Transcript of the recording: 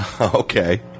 Okay